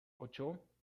ocho